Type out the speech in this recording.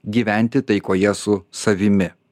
gyventi taikoje su savimi